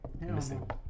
Missing